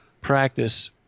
practice